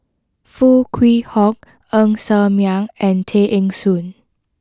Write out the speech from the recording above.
Foo Kwee Horng Ng Ser Miang and Tay Eng Soon